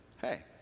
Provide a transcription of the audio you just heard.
hey